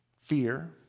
Fear